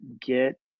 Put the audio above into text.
get